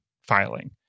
filing